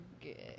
good